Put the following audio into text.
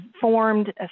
formed